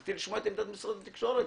רציתי לשמוע את עמדת משרד התקשורת.